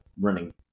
running